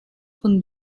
von